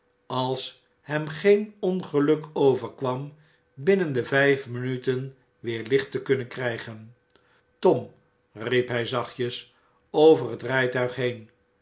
als hem geen ongeluk overkwam binnen de vn'f minuten weer licht te kunnen krjjgen tom riep hij zachtjes over het rijtuig heen